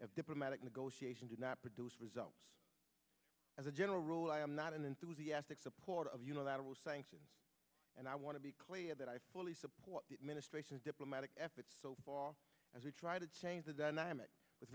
if diplomatic negotiations do not produce results as a general rule i am not an enthusiastic supporter of unilateral sanctions and i want to be clear that i fully support the administration's diplomatic efforts so far as we try to change the dynamic with